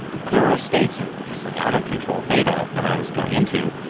there are states of just like out of control theta that i was going into